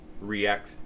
react